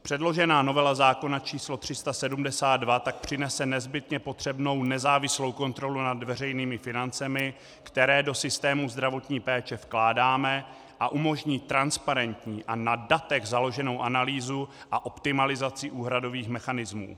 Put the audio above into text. Předložená novela zákona č. 372 tak přinese nezbytně potřebnou nezávislou kontrolu nad veřejnými financemi, které do systému zdravotní péče vkládáme, a umožní transparentní a na datech založenou analýzu a optimalizaci úhradových mechanismů.